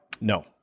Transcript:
No